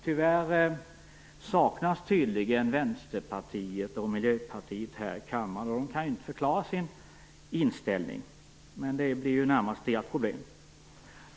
Tyvärr saknas Vänsterpartiet och Miljöpartiet här i kammaren, och de kan därför inte förklara sin inställning - men det är närmast deras problem.